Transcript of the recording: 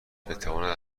بتواند